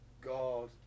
god